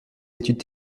études